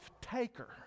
taker